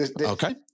Okay